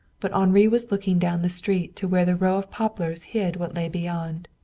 but henri was looking down the street to where the row of poplars hid what lay beyond.